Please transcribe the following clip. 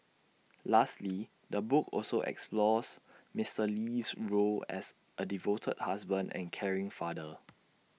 lastly the book also explores Mister Lee's role as A devoted husband and caring father